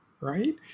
right